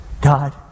God